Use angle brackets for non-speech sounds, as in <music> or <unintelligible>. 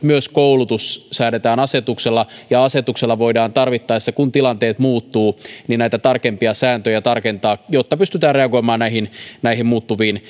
<unintelligible> myös koulutus säädetään asetuksella ja asetuksella voidaan tarvittaessa kun tilanteet muuttuvat näitä tarkempia sääntöjä tarkentaa jotta pystytään reagoimaan näihin näihin muuttuviin <unintelligible>